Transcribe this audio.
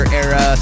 era